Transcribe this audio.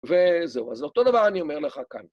וזהו, אז אותו דבר אני אומר לך כאן.